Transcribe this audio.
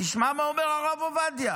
תשמע מה אומר הרב עובדיה